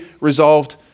resolved